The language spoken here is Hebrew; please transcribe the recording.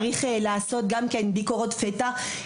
צריך לעשות ביקורות פתע.